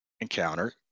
encounter